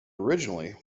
originally